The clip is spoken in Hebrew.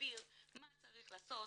ויסביר מה צריך לעשות.